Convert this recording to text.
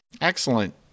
Excellent